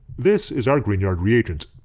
this is our grignard reagent.